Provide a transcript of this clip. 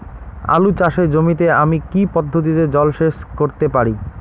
আলু চাষে জমিতে আমি কী পদ্ধতিতে জলসেচ করতে পারি?